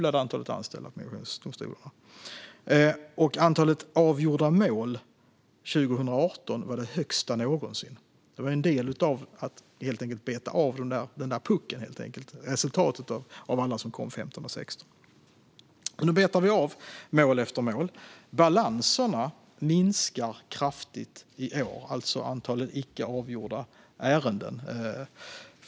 Antalet avgjorda mål 2018 var det högsta någonsin, vilket var en del i att beta av puckeln, det vill säga resultatet av alla som kom 2015 och 2016. Nu betar vi av mål efter mål. Balanserna, alltså antalet icke avgjorde ärenden, minskar kraftigt i år.